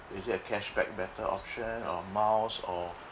is it a cashback better option or miles or